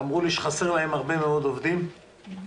אמרו לי שחסרים להם עובדים והם